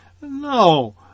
No